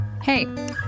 Hey